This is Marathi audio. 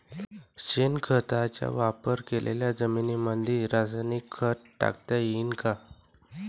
शेणखताचा वापर केलेल्या जमीनीमंदी रासायनिक खत टाकता येईन का?